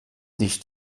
nicht